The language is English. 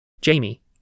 Jamie